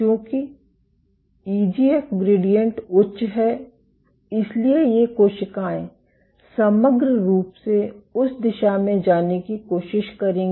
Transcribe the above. चूंकि EGF gradient उच्च है इसलिए ये कोशिकाएं समग्र रूप से उस दिशा में जाने की कोशिश करेंगी